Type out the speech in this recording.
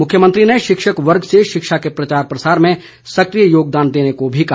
मुख्यमंत्री ने शिक्षक वर्ग से शिक्षा के प्रचार प्रसार में सकिय योगदान देने को भी कहा